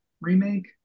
remake